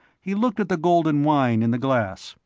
he looked at the golden wine in the glass,